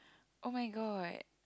oh-my-god